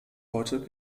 heute